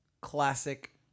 classic